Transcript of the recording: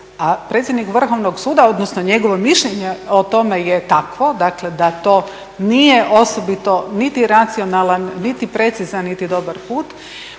a predsjednik Vrhovnog suda, odnosno njegovo mišljenje o tome je takvo dakle da to nije osobito niti racionalan niti precizan niti dobar put,